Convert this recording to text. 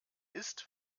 ist